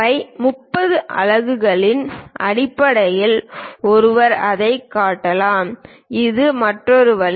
by 30 அலகுகளின் அடிப்படையில் ஒருவர் அதைக் காட்டலாம் இது மற்றொரு வழி